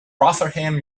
rotherham